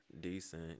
Decent